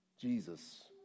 Jesus